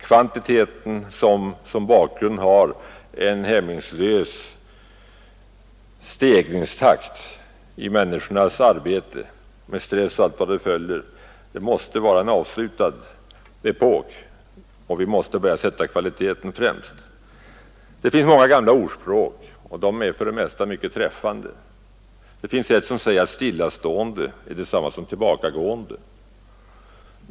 Kvantiteten, vilken som bakgrund har en hämningslös stegringstakt av människornas prestationer, och som leder till stress och allt vad som därav följer måste vara en avslutad epok, och vi måste börja sätta kvaliteten främst. Det finns många gamla ordspråk, och de är för det mesta mycket träffande. Ett ordspråk säger att stillastående är detsamma som tillbakagående.